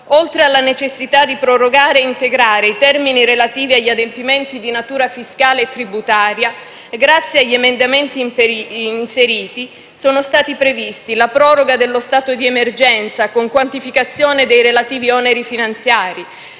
oltre alla necessità di prorogare ed integrare i termini relativi agli adempimenti di natura fiscale e tributaria, grazie agli emendamenti inseriti, sono stati previsti la proroga dello stato di emergenza con quantificazione dei relativi oneri finanziari,